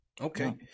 Okay